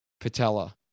patella